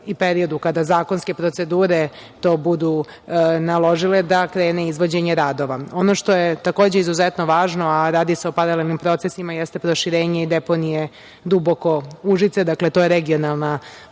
periodu, kada zakonske procedure to budu naložile, da krene izvođenje radova. Ono što je, takođe, izuzetno važno, a radi se o paralelnim procesima, jeste proširenje i deponije „Duboko“ Užice. Dakle, to je regionalna deponija.